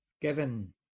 given